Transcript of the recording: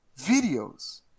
videos